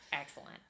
Excellent